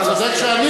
אתה צודק שענית,